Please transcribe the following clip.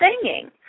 singing